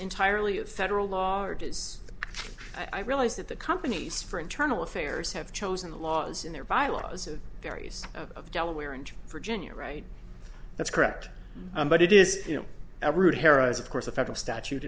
entirely of federal law or does i realize that the companies for internal affairs have chosen the laws in their bylaws of various of delaware and for ginia right that's correct but it is you know of course a federal statute